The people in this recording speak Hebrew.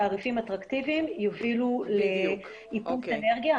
תעריפים אטרקטיביים יובילו לאיפוס אנרגיה.